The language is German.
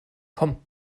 komm